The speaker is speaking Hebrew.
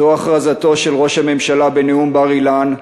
זו הכרזתו של ראש הממשלה בנאום בר-אילן,